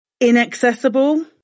inaccessible